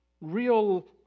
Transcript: real